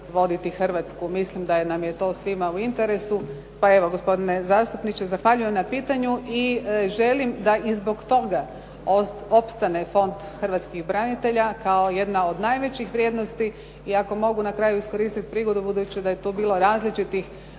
voditi Hrvatsku. Mislim da nam je to svim u interesu, pa evo, gospodine zastupniče, zahvaljujem na pitanju i želim da i zbog toga opstane fond hrvatskih branitelja, kao jedna od najvećih vrijednosti i ako mogu na kraju iskoristiti prigodu budući da je tu bilo različitih